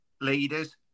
leaders